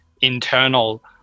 internal